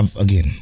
Again